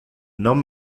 non